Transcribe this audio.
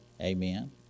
Amen